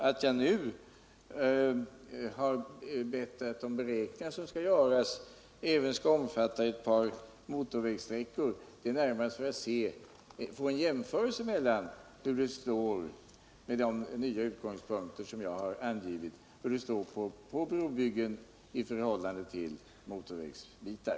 Att jag nu har bett att de beräkningar som skall göras även skall omfatta ett par motorvägsträckor, är närmast för att få en jämförelse hur det, med de nya utgångspunkter som jag har angivit, slår på brobyggen i förhållande till motorvägsbitar.